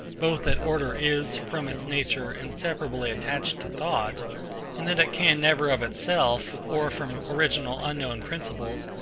both that order is, from its nature, inseparably attached to thought and that it can never of itself, or from original unknown principles,